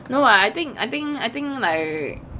no I think I think I think like